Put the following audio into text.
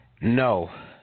No